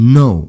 no